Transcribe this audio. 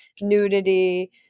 nudity